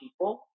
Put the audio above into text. people